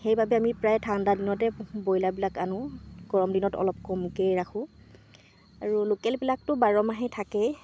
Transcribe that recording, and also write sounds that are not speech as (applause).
সেইবাবে আমি প্ৰায় ঠাণ্ডা দিনতে (unintelligible) ব্ৰইলাৰবিলাক আনো গৰম দিনত অলপ কমকৈয়ে ৰাখোঁ আৰু লোকেলবিলাকতো বাৰমাহেই থাকেই